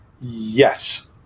Yes